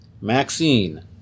Maxine